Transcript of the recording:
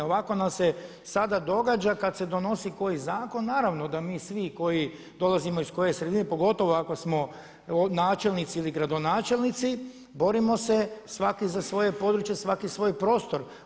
Ovako nam se sada događa kada se donosi koji zakon, naravno da mi svi koji dolazimo iz koje sredine pogotovo ako smo načelnici i gradonačelnici borimo se svaki za svoje područje, svaki svoji prostor.